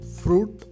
fruit